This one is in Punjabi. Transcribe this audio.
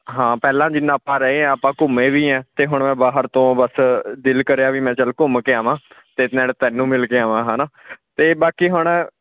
ਹਾਂ ਪਹਿਲਾਂ ਜਿੰਨਾ ਆਪਾਂ ਰਹੇ ਹਾਂ ਆਪਾਂ ਘੁੰਮੇ ਵੀ ਹਾਂ ਅਤੇ ਹੁਣ ਮੈਂ ਬਾਹਰ ਤੋਂ ਬਸ ਅ ਦਿਲ ਕਰਿਆ ਵੀ ਮੈਂ ਚੱਲ ਘੁੰਮ ਕੇ ਆਵਾਂ ਅਤੇ ਨਾਲੇ ਤੈਨੂੰ ਮਿਲ ਕੇ ਆਵਾਂ ਹੈ ਨਾ ਅਤੇ ਬਾਕੀ ਹੁਣ